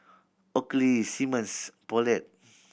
Oakley Simmons Poulet